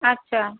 আচ্ছা